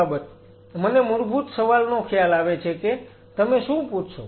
Refer Slide Time 2131 તેથી એક બાબત મને મૂળભૂત સવાલનો ખ્યાલ આવે છે કે તમે શું પૂછશો